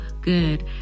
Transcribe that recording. good